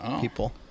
people